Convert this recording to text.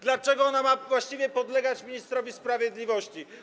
Dlaczego ona ma właściwie podlegać ministrowi sprawiedliwości?